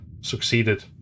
Succeeded